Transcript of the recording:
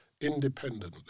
independently